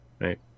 right